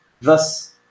thus